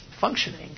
functioning